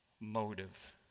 motive